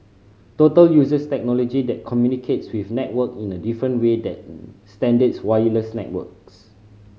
total uses technology that communicates with network in a different way than standard wireless networks